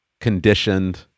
conditioned